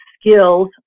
skills